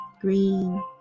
green